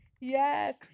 Yes